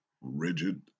rigid